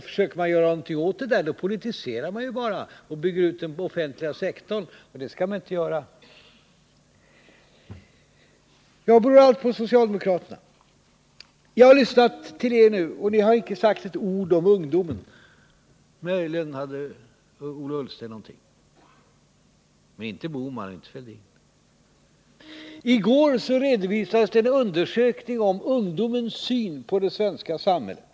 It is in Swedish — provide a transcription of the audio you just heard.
Försöker man göra någonting åt problemen, då politiserar man bara och vill bygga ut den offentliga sektorn — och det skall man ju inte göra. Beror då allt på socialdemokraterna? Jag har nu lyssnat till de tre borgerliga partiledarna, och de har inte sagt ett ord om ungdomen. Möjligen gjorde Ola Ullsten det, men varken Gösta Bohman eller Thorbjörn Fälldin. I går redovisades en undersökning om ungdomens trivsel och syn på det svenska samhället.